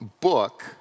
book